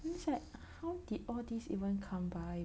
is like how did all these even come by bro